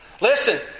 Listen